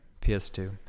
PS2